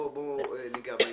בוא ניגע בעניין.